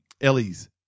Ellie's